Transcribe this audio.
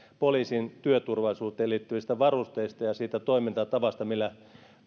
poliisin työturvallisuuteen liittyvistä varusteista ja siitä toimintatavasta millä